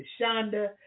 Shonda